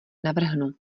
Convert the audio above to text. navrhnu